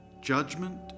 judgment